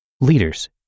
leaders